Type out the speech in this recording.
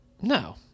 No